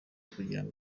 kugirango